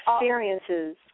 experiences